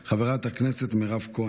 חברת הכנסת מירב כהן.